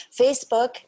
Facebook